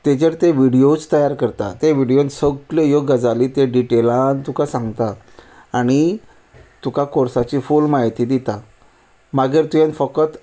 ताजेर ते विडयोज तयार करता ते विडयोन सगल्यो ह्यो गजाली ते डिटेलान तुका सांगता आणी तुका कोर्साची फूल म्हायती दिता मागीर तुवें फकत